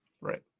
Right